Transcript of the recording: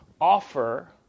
offer